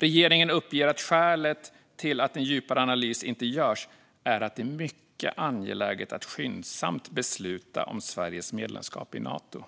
Regeringen uppger att skälet till att en djupare analys inte görs är att det är mycket angeläget att skyndsamt besluta om Sveriges medlemskap i Nato.